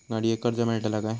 गाडयेक कर्ज मेलतला काय?